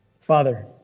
Father